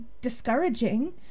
discouraging